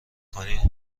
کنی